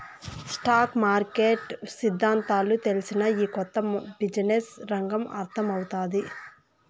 stock market సిద్దాంతాలు తెల్సినా, ఈ కొత్త బిజినెస్ రంగం అర్థమౌతాది